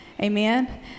Amen